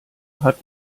hat